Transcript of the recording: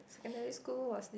secondary school was